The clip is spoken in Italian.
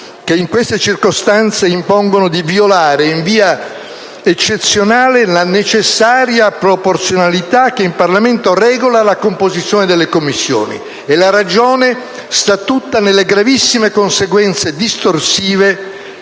che in queste circostanze impongono di violare, in via eccezionale, la necessaria proporzionalità che in Parlamento regola la composizione delle Commissioni; e la ragione sta tutta nelle gravissime conseguenze distorsive